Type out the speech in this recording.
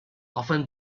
often